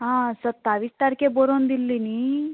आं सत्तावीस तारकेर बरोवन दिल्ली न्ही